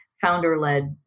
founder-led